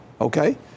okay